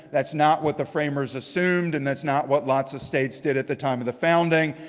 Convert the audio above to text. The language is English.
that's not what the framers assumed. and that's not what lots of states did at the time of the founding.